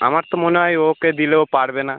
আমার তো মনে হয় ওকে দিলে ও পারবে না